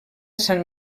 sant